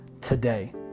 today